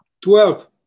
Twelve